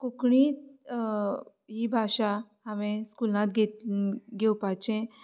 कोंकणींत ही भाशा हांवें स्कूलांत घेत घेवपाचें